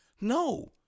no